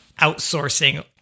outsourcing